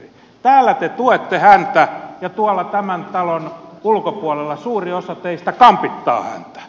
täällä te tuette häntä ja tuolla tämän talon ulkopuolella suuri osa teistä kampittaa häntä